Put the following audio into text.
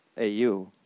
AU